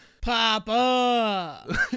Papa